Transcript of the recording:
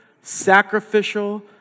sacrificial